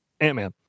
ant-man